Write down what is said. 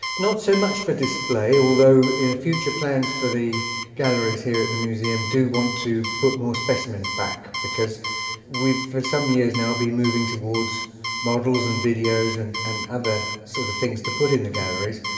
not so much for display although future plans for the galleries here at the museum do want to put more specimens back because we've for some years now been moving towards models and videos and and other sort of things to put in the galleries,